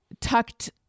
tucked